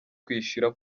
kwishyura